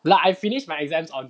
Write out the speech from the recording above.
like I finished my exams on